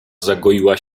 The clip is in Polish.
zagoiła